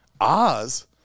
Oz